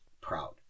Proud